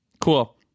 cool